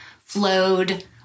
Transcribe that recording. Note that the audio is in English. flowed